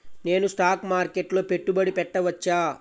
నేను స్టాక్ మార్కెట్లో పెట్టుబడి పెట్టవచ్చా?